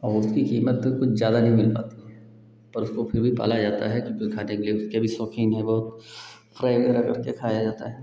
और उसकी कीमत तो कुछ ज़्यादा नहीं मिल पाती पर उसको फिर भी पाला जाता है क्योंकि खाने के लिए लोग उसके भी शौक़ीन हैं बहुत करके खाया जाता है